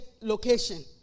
location